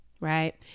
right